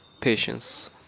patience